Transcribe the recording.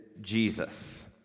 Jesus